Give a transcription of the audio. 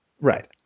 right